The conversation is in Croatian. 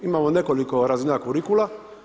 Imamo nekoliko razina kurikula.